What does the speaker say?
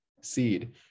seed